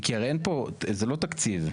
כי הרי, זה לא תקציב.